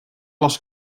les